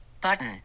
button